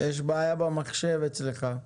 --- יש בעיה במחשב אצלך.